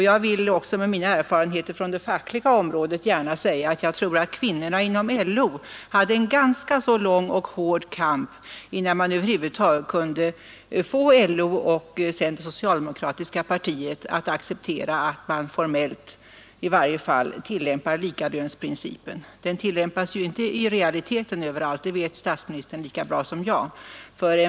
Jag vill också med mina erfarenheter från det fackliga området gärna säga att jag tror att kvinnorna inom LO hade en ganska lång och hård kamp innan de över huvud taget kunde få LO, och sedan det socialdemokratiska partiet, att acceptera att i varje fall formellt tillämpa likalönsprincipen. Den tillämpas inte i realiteten överallt, det vet statsministern lika bra som jag.